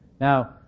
Now